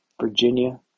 Virginia